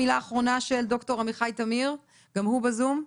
מילה אחרונה של ד"ר עמיחי תמיר, גם הוא בזום.